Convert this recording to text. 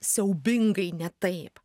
siaubingai ne taip